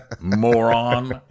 moron